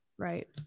Right